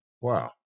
Wow